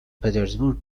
پترزبورگ